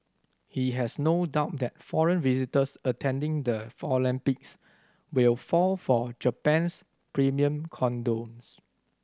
he has no doubt that foreign visitors attending the for Olympics will fall for Japan's premium condoms